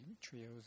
trios